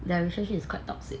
their relationship is quite toxic